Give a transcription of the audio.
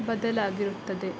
ಬದಲಾಗಿರುತ್ತದೆ